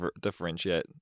differentiate